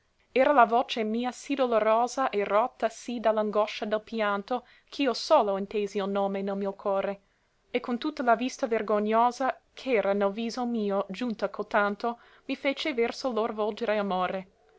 era la voce mia sì dolorosa e rotta sì da l'angoscia del pianto ch'io solo intesi il nome nel mio core e con tutta la vista vergognosa ch'era nel viso mio giunta cotanto mi fece verso lor volgere amore